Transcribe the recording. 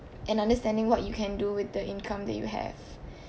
and understanding what you can do with the income that you have